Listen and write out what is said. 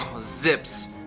zips